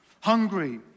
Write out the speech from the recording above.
Hungry